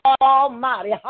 almighty